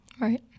Right